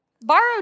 Borrowed